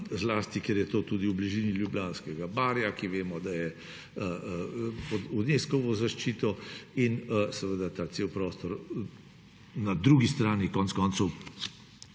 zlasti ker je to tudi v bližini Ljubljanskega barja, ki vemo, da je pod Unescovo zaščito, in seveda ves ta prostor na drugi strani konec koncev